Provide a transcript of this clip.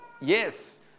yes